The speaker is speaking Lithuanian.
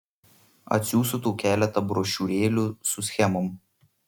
atsiųsiu tau keletą brošiūrėlių su schemom